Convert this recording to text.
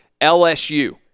LSU